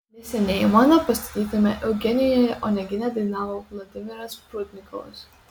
neseniai mano pastatytame eugenijuje onegine dainavo vladimiras prudnikovas